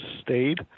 stayed